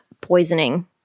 poisoning